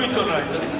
גם הוא בסדר.